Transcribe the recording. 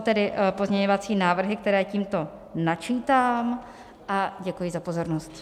To jsou tedy pozměňovací návrhy, které tímto načítám, a děkuji za pozornost.